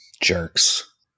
Jerks